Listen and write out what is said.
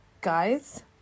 guys